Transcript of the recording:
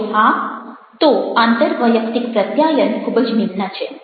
જો હા તો આંતરવૈયક્તિક પ્રત્યાયન ખૂબ જ નિમ્ન છે